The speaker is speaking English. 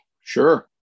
Sure